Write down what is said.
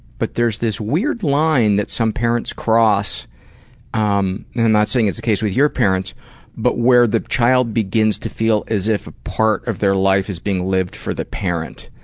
but there's this weird line that some parents cross i'm not saying that's the case with your parents but where the child begins to feel as if a part of their life is being lived for the parent,